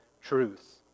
truth